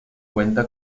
cuenta